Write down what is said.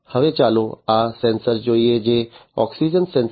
હવે ચાલો આ સેન્સર જોઈએ જે ઓક્સિજન સેન્સર છે